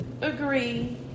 Agree